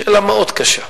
שאלה מאוד קשה: